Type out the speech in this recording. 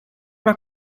mal